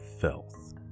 filth